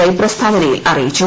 I പ്രസ്താവനയിൽ അറിയിച്ചു